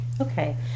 Okay